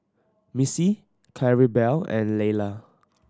Missy Claribel and Leila